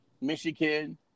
Michigan